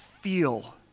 feel